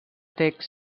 text